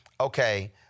okay